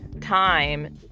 time